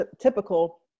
typical